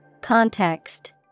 Context